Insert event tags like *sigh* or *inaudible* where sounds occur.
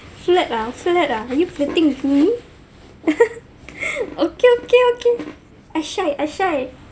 flirt ah flirt ah are you flirting with me *laughs* okay okay okay I shy I shy